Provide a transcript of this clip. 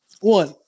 one